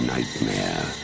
Nightmare